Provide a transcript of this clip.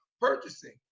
purchasing